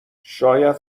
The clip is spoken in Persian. شاید